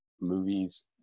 movies